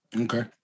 Okay